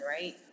right